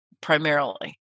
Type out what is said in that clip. primarily